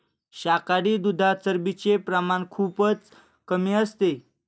शाकाहारी दुधात चरबीचे प्रमाण खूपच कमी असते